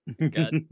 God